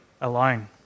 alone